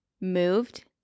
Moved